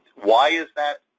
why is that?